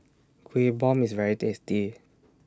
Kuih Bom IS very tasty